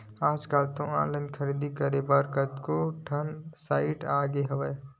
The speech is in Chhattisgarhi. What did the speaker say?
आजकल तो ऑनलाइन खरीदारी करे बर कतको ठन साइट आगे हवय